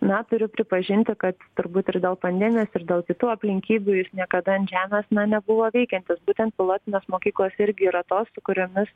na turiu pripažinti kad turbūt ir dėl pandemijos ir dėl kitų aplinkybių jis niekada ant žemės na nebuvo veikiantis būtent pilotinės mokyklos irgi yra tos su kuriomis